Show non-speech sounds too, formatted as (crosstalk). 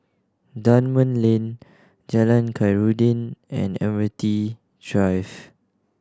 Dunman Lane Jalan Khairuddin and (unintelligible) Drive